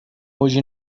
اوج